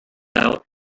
out